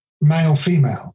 male-female